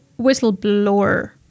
whistleblower